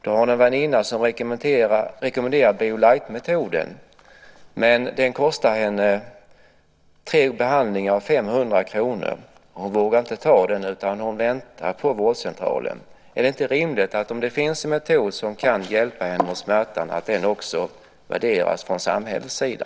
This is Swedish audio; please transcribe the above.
Hon har en väninna som rekommenderar biolight metoden, men den kostar henne tre behandlingar och 500 kr. Hon vågar inte ta den, utan hon väntar på vårdcentralen. Är det inte rimligt, om det finns en metod som kan hjälpa henne mot smärtan, att den också värderas från samhällets sida?